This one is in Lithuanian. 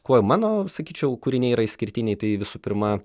kuo mano sakyčiau kūriniai yra išskirtiniai tai visų pirma